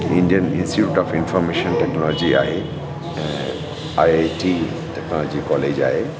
Indian institute of information technology आहे ऐं I I T आ जी कॉलेज आहे